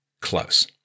close